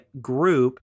group